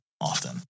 often